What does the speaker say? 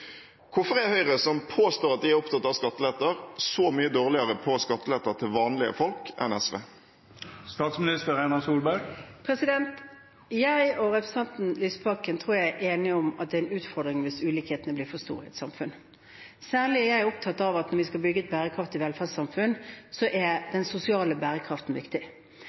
Hvorfor er Høyre, som påstår at de opptatt av skatteletter, så mye dårligere på skatteletter til vanlige folk enn SV? Jeg tror jeg og representanten Lysbakken er enige om at det er en utfordring hvis ulikhetene blir for store i et samfunn. Særlig er jeg opptatt av at når vi skal bygge et bærekraftig velferdssamfunn, er den sosiale bærekraften viktig.